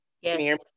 Yes